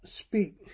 speak